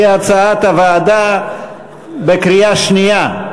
כהצעת הוועדה בקריאה שנייה.